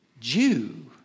Jew